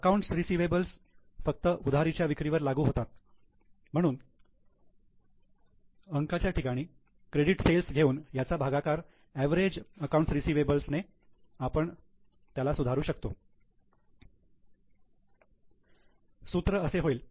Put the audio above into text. accounts receivables फक्त उधारीच्या विक्रीवर लागू होतात म्हणून अंकाच्या ठिकाणी क्रेडिट सेल्स घेऊन याचा भागाकार अवरेज अकाउंट्स रिसिवेबल्स ने करून आपण त्याला सुधारु शकतो